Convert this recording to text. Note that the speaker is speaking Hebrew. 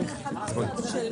הישיבה ננעלה בשעה